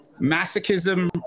masochism